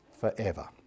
forever